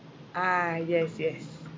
ah yes yes